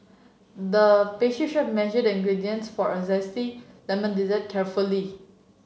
the chef measured the ingredients for a zesty lemon dessert carefully